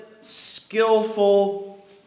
skillful